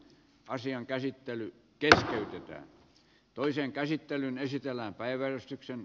asian käsittely di reen toisen käsittelyn esitellään keskeytetään